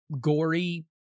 gory